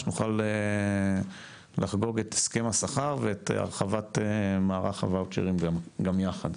שנוכל לחגוג את הסכם השכר ואת הרחבת מערך הוואוצ'רים גם יחד.